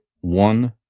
one